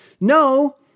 No